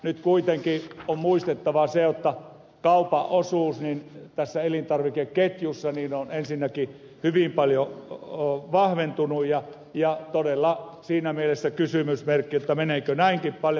nyt kuitenkin on muistettava se että kaupan osuus elintarvikeketjussa on ensinnäkin hyvin paljon vahventunut ja todella siinä mielessä on kysymysmerkki meneekö näinkin paljon